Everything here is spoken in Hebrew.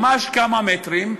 ממש כמה מטרים,